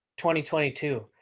2022